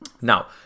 Now